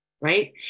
right